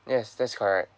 yes that's correct